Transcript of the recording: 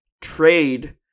trade